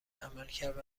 عملکرد